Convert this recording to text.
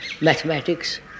mathematics